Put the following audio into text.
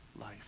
life